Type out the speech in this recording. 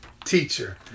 Teacher